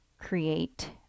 create